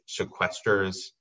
sequesters